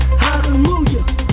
hallelujah